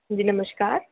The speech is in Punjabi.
ਜੀ ਨਮਸਕਾਰ